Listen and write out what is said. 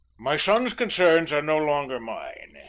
my son's concerns are no longer mine.